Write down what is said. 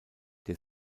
der